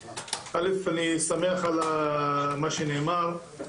א' אני שמח על מה שנאמר,